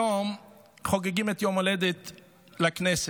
היום חוגגים את יום ההולדת לכנסת,